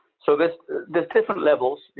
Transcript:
so there's different levels.